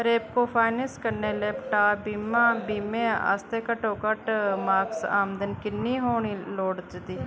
Repco finance कन्नै laptop बीमा बीमे आस्तै घट्टोघट्ट मासक आमदन किन्नी होनी लोड़चदी